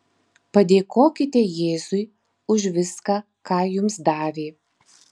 padėkokite jėzui už viską ką jums davė